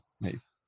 Nice